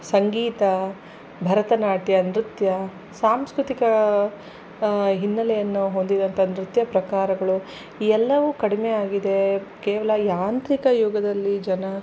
ಸಂಗೀತ ಭರತನಾಟ್ಯ ನೃತ್ಯ ಸಾಂಸ್ಕೃತಿಕ ಹಿನ್ನಲೆಯನ್ನು ಹೊಂದಿದಂಥ ನೃತ್ಯ ಪ್ರಕಾರಗಳು ಈ ಎಲ್ಲವೂ ಕಡಿಮೆಯಾಗಿದೆ ಕೇವಲ ಯಾಂತ್ರಿಕ ಯುಗದಲ್ಲಿ ಜನ